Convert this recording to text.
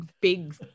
big